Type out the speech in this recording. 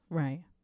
right